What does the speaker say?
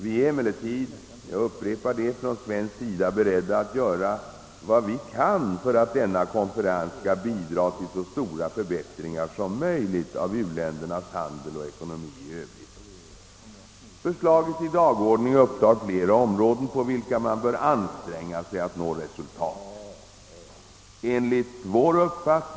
| Vi är emellertid — jag upprepar detta — från svenskt håll beredda att göra vad vi kan för att denna konferens skall bidra till så stora förbättringar som möjligt av u-ländernas handel och ekonomi i övrigt. Förslaget till dagordning upptar flera områden på vilka man bör anstränga sig att nå resultat.